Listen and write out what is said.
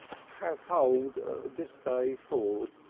have hold this day ford.